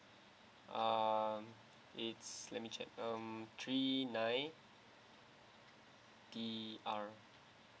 um it's let me check um three ninee D R